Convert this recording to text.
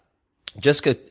jessica,